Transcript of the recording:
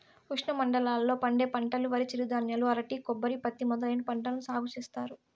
ఉష్ణమండలాల లో పండే పంటలువరి, చిరుధాన్యాలు, అరటి, కొబ్బరి, పత్తి మొదలైన పంటలను సాగు చేత్తారు